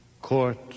Court